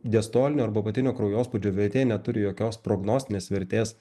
diastolinio arba apatinio kraujospūdžio vertė neturi jokios prognostinės vertės